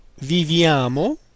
viviamo